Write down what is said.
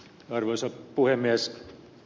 arvoisa puhemies